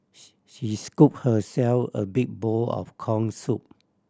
she she scooped herself a big bowl of corn soup